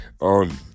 on